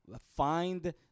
Find